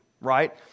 right